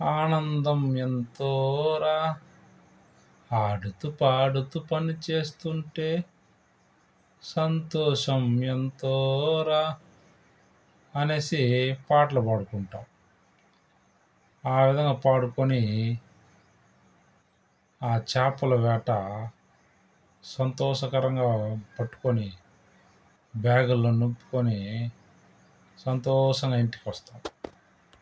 ఆనందం ఎంతోరా ఆడుతు పాడుతు పనిచేస్తుంటే సంతోషం ఎంతోరా అనేసి పాటలు పడుకుంటాం ఆ విధంగా పాడుకొని ఆ చేపల వేట సంతోషకరంగా పట్టుకొని బ్యాగులలో నింపుకొని సంతోషంగా ఇంటికి వస్తాం